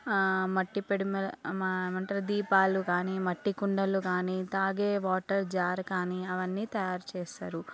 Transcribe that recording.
మట్టి ఏమంటారు దీపాలు కాని మట్టికుండలు కానీ తాగే వాటర్ జార్ కానీ అవన్నీ తయారు చేస్తారు